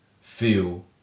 feel